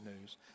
news